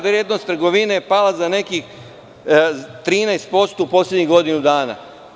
Vrednost trgovine je pala za nekih 13% u poslednjih godinu dana.